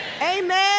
amen